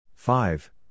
Five